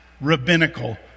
rabbinical